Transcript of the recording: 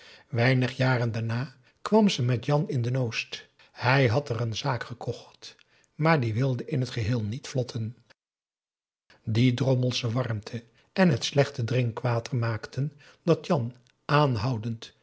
weinig jaren daarna kwam ze met jan in de n oost hij had er een zaak gekocht maar die wilde in t geheel niet vlotten die drommelsche warmte en het slechte drinkwater maakten dat jan aanhoudend